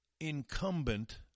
incumbent